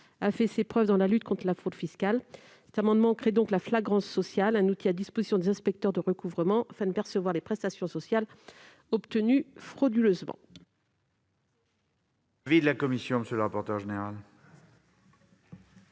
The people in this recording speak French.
a fait ses preuves dans la lutte contre la fraude fiscale. Cet amendement tend donc à créer la flagrance sociale, un outil à disposition des inspecteurs de recouvrement, afin de percevoir les prestations sociales obtenues frauduleusement.